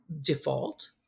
default